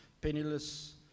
penniless